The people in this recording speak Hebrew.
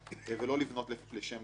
ולא לבנות לשם לבנות.